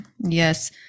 Yes